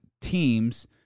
teams